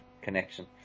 connection